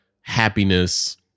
happiness